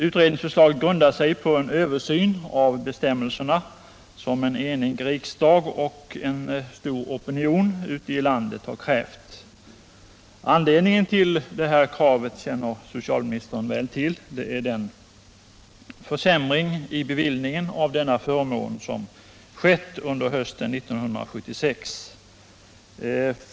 Utredningsförslaget grundar sig på en översyn av bestämmelserna, som en enig riksdag och en stor opinion ute i landet har krävt. Anledningen till det här kravet känner socialministern väl till. Det är den försämring i bevillningen av dessa förmåner som skett under hösten 1976.